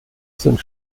sind